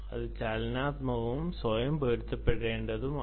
അത് ചലനാത്മകവും സ്വയം പൊരുത്തപ്പെടുന്നതുമാണ്